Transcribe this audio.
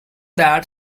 that